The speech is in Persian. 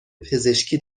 پزشکی